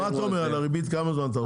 אז מה אתה אומר על הריבית, כמה זמן אתה רוצה?